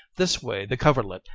this way the coverlet,